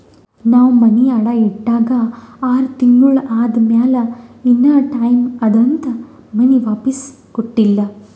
ನಾವ್ ಮನಿ ಅಡಾ ಇಟ್ಟಾಗ ಆರ್ ತಿಂಗುಳ ಆದಮ್ಯಾಲ ಇನಾ ಟೈಮ್ ಅದಂತ್ ಮನಿ ವಾಪಿಸ್ ಕೊಟ್ಟಿಲ್ಲ